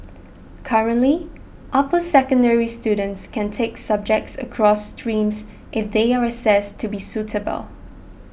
currently upper secondary students can take subjects across streams if they are assessed to be suitable